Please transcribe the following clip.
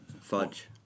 Fudge